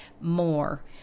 more